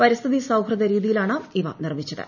പരിസ്ഥിതി സൌഹൃദം രീതിയിലാണ് ഇവ നിർമിച്ചത്